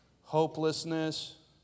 hopelessness